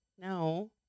No